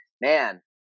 man